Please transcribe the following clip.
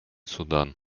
судан